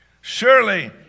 Surely